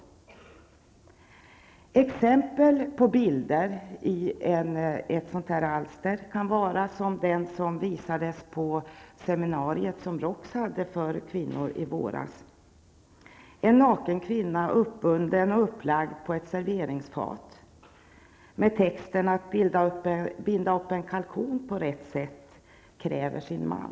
Ett exempel på en bild i ett sådant här alster kan vara den som visades på det seminarium som ROKS hade för kvinnor i våras, där en naken kvinna är uppbunden och upplagd på ett serveringsfat, med texten: ''Att binda upp en kalkon på rätt sätt kräver sin man.''